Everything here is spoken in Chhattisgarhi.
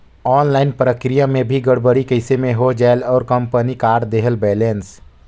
ऑनलाइन प्रक्रिया मे भी गड़बड़ी कइसे मे हो जायेल और कंपनी काट देहेल बैलेंस?